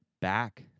back